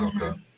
Okay